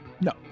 No